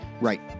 Right